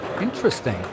Interesting